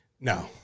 no